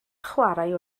chwarae